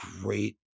great